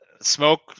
Smoke